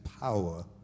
power